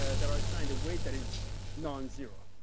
ah that are assigned a weight that is non zero,